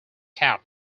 cat